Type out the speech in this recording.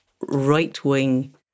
right-wing